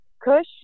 kush